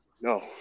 No